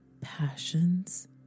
passions